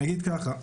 אני אגיד כך: